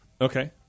Okay